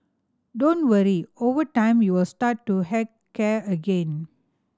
don't worry over time you will start to heck care again